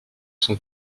son